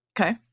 Okay